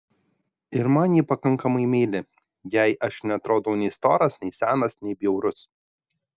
ir man ji pakankamai meili jai aš neatrodau nei storas nei senas nei bjaurus